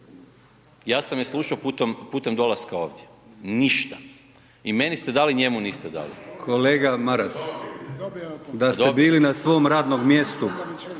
Ja sam je slušao putem dolaska ovdje, ništa i meni ste dali, njemu niste dali. **Brkić, Milijan (HDZ)** Kolega Maras, da ste bili na svom radnom mjestu